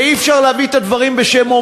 ואי-אפשר להביא את הדברים בשם אומרם,